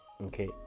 okay